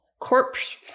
Corpse